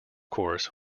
course